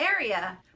area